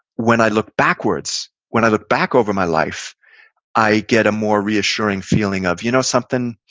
when i look backwards, when i look back over my life i get a more reassuring feeling of, you know something,